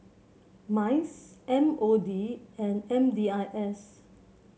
MICE M O D and M D I S